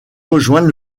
rejoindre